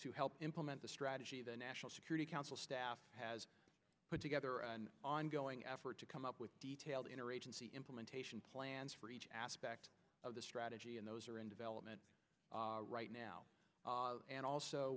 to help implement the strategy the national security council staff has put together an ongoing effort to come up with detailed interagency implementation plans for each aspect of the strategy and those are in development right now and also